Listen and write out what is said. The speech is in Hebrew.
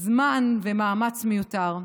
זמן ומאמץ מיותר.